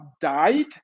died